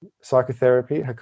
psychotherapy